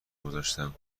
گذاشتم